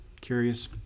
curious